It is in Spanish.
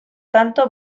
tanto